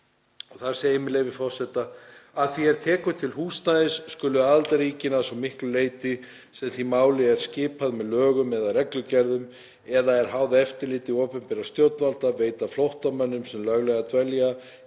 Þar segir, með leyfi forseta: „Að því er tekur til húsnæðis, skulu aðildarríkin, að svo miklu leyti sem því máli er skipað með lögum eða reglugerðum, eða er háð eftirliti opinberra stjórnvalda, veita flóttamönnum, sem löglega dvelja